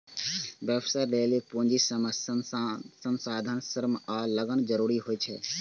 व्यवसाय लेल पूंजी, संसाधन, श्रम आ लगन जरूरी होइ छै